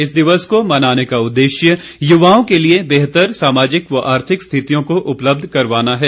इस दिवस को मनाने का उद्देश्य युवाओं के लिए बेहतर सामाजिक व आर्थिक स्थितियों को उपलब्ध करवाना है